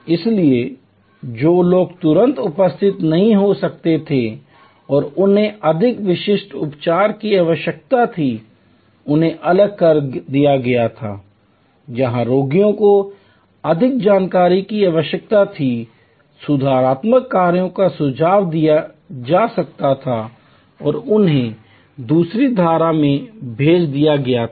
इसलिए जो लोग तुरंत उपस्थित नहीं हो सकते थे और उन्हें अधिक विशिष्ट उपचार की आवश्यकता थी उन्हें अलग कर दिया गया था जहां रोगियों को अधिक जानकारी की आवश्यकता थी सुधारात्मक कार्यों का सुझाव दिया जा सकता था और उन्हें दूसरी धारा में भेज दिया गया था